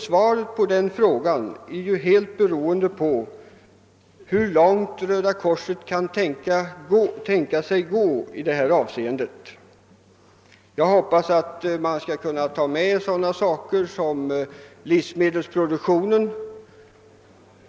Svaret på den frågan är helt beroende på hur långt Röda korset kan tänka sig att gå i det avseendet. Jag hoppas att man skall kunna ta med sådana saker som livsmedelsproduktionen.